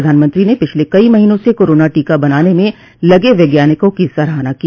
प्रधानमंत्री ने पिछले कई महीनों से कोरोना टीका बनान में लगे वैज्ञानिकों की सराहना की